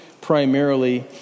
primarily